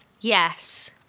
Yes